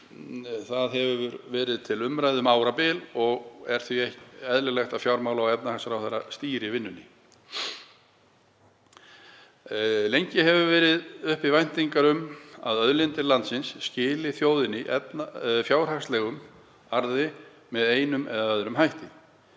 það hefur verið til umræðu um árabil og er því eðlilegt að fjármála- og efnahagsráðherra stýri vinnunni. Lengi hafa verið uppi væntingar um að auðlindir landsins skili þjóðinni fjárhagslegum arði með einum eða öðrum hætti.